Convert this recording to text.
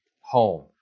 home